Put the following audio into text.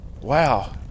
Wow